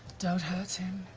don't hurt him.